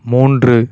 மூன்று